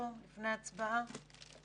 ימשיך לפעול